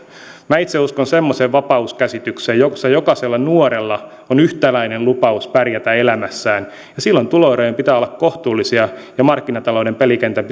minä itse uskon semmoiseen vapauskäsitykseen jossa jokaisella nuorella on yhtäläinen lupaus pärjätä elämässään ja silloin tuloerojen pitää olla kohtuullisia ja markkinatalouden pelikentän